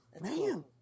Man